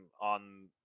on